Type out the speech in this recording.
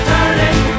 Turning